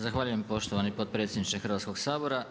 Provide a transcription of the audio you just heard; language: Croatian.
Zahvaljujem poštovani potpredsjedniče Hrvatskoga sabora.